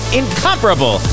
incomparable